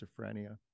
schizophrenia